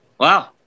Wow